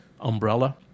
umbrella